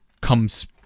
comes